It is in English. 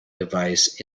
device